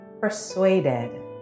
Persuaded